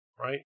right